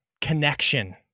connection